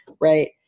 right